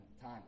time